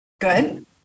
Good